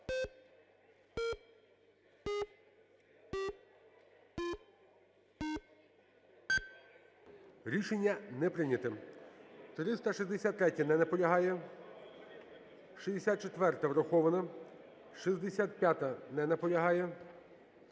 Рішення не прийнято.